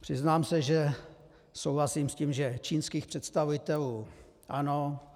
Přiznám se, že souhlasím s tím, že čínských představitelů ano.